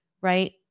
right